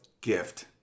gift